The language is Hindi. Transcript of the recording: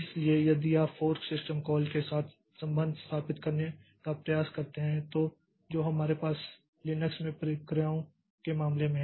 इसलिए यदि आप फोर्क सिस्टम कॉल के साथ संबंध स्थापित करने का प्रयास करते हैं तो जो हमारे पास लिनक्स में प्रक्रियाओं के मामले में है